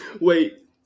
wait